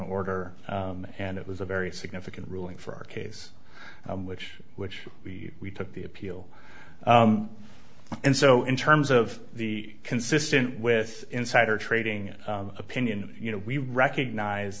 order and it was a very significant ruling for our case which which we took the appeal and so in terms of the consistent with insider trading opinion you know we recognize